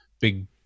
big